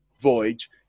voyage